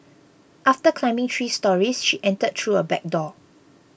after climbing three storeys she entered through a back door